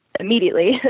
immediately